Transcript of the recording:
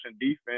defense